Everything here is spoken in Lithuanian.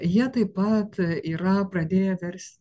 jie taip pat yra pradėję versti